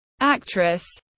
actress